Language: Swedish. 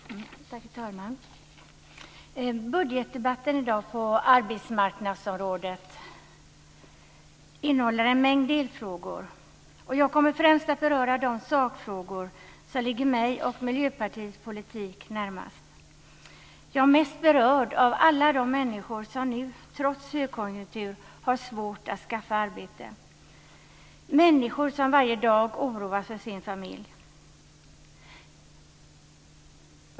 Herr talman! Budgetdebatten i dag på arbetsmarknadsområdet innehåller en mängd delfrågor. Jag kommer främst att beröra de sakfrågor som ligger mig och Miljöpartiets politik närmast. Jag är mest berörd av alla de människor som nu, trots högkonjunkturen, har svårt att skaffa arbete, människor som varje dag oroas för sin familj.